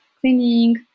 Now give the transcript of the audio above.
cleaning